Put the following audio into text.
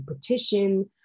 petition